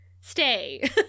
stay